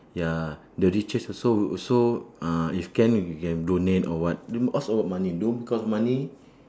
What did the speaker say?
ya the richest also will also uh if can if you can donate or what you must ask a lot of money don't because money